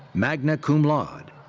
magna cum laude.